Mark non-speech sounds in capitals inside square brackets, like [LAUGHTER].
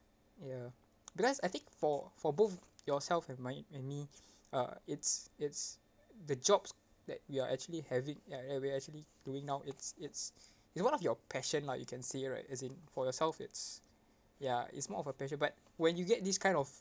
ya because I think for for both yourself and my and me uh it's it's the jobs that you are actually having uh that we actually doing now it's it's [BREATH] it's one of your passion lah you can say right as in for yourself it's ya it's more of a passion but when you get this kind of